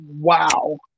wow